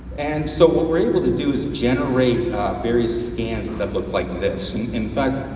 and so what we're able to do is generate various scans that look like this. in fact,